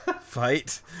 fight